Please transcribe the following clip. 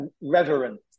reverent